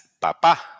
Papa